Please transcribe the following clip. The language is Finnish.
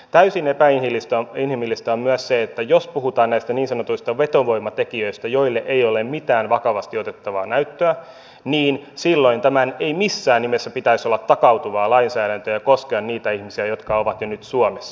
täysin epäinhimillistä on myös se että jos puhutaan näistä niin sanotuista vetovoimatekijöistä joille ei ole mitään vakavasti otettavaa näyttöä niin silloin tämän ei missään nimessä pitäisi olla takautuvaa lainsäädäntöä ja koskea niitä ihmisiä jotka ovat jo nyt suomessa